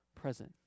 present